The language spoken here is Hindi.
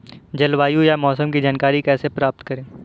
जलवायु या मौसम की जानकारी कैसे प्राप्त करें?